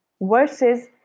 versus